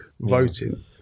voting